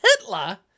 Hitler